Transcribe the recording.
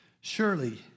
Surely